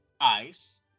ice